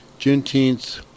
juneteenth